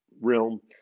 realm